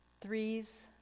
threes